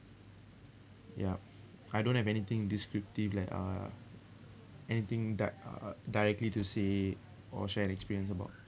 yup I don't have anything descriptive like uh anything di~ directly to say or share an experience about